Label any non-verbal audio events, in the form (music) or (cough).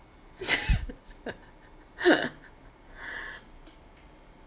(laughs)